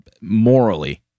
morally